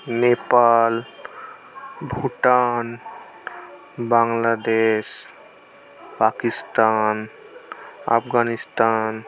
Nepal Bhutan Bangladesh Pakistan Afghanistan